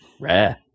Rare